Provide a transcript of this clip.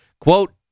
Quote